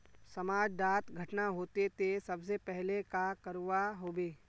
समाज डात घटना होते ते सबसे पहले का करवा होबे?